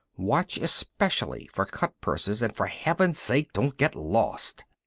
watch especially for cut-purses, and for heaven's sake, don't get lost.